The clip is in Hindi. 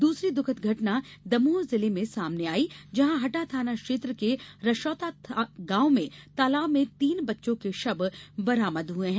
दूसरी दुखद घटना दमोह जिले में सामने आई जहां हटा थाना क्षेत्र के रशोता गांव में तालाब में तीन बच्चों के शव बरामद हुए हैं